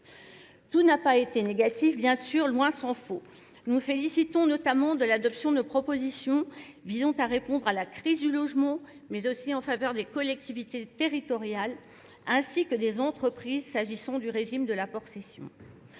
Tout n'a pas été négatif, bien sûr, loin sans faux. Nous félicitons notamment de l'adoption de propositions visant à répondre à la crise du logement, mais aussi en faveur des collectivités territoriales, ainsi que des entreprises s'agissant du régime de la procession.